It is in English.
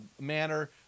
manner